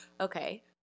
okay